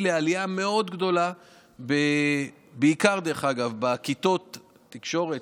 לעלייה מאוד גדולה בעיקר בכיתות תקשורת,